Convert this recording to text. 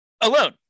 alone